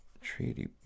Treaty